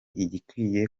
igikwiye